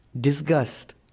disgust